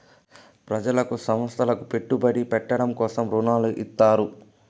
ప్రజలకు సంస్థలకు పెట్టుబడి పెట్టడం కోసం రుణాలు ఇత్తారు